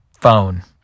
phone